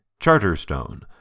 Charterstone